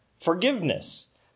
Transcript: forgiveness